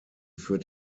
führt